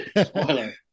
Spoiler